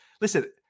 Listen